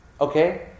Okay